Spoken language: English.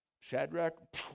Shadrach